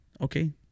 okay